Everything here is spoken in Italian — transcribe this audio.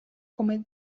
come